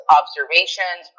observations